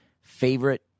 favorite